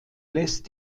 lässt